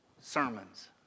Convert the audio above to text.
sermons